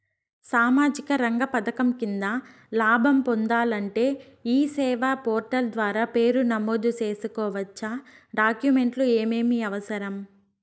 సామాజిక రంగ పథకం కింద లాభం పొందాలంటే ఈ సేవా పోర్టల్ ద్వారా పేరు నమోదు సేసుకోవచ్చా? డాక్యుమెంట్లు ఏమేమి అవసరం?